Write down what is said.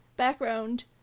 background